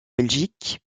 belgique